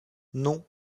non